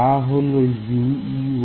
তা হল ও